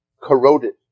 corroded